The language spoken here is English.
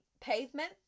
pavement